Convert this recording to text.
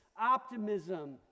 optimism